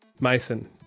Mason